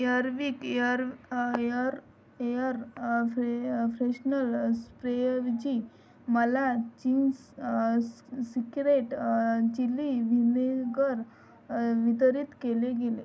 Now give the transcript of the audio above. Air Wick air air air फ्रे freshener स्प्रेऐवजी मला चिंग्स सिक्रेट चिली व्हिनेगर वितरित केले गेले